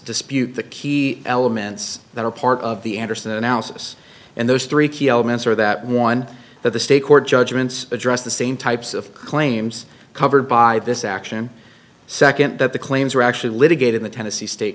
dispute the key elements that are part of the andersen analysis and those three key elements are that one that the state court judgments addressed the same types of claims covered by this action second that the claims are actually litigated the tennessee state